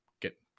get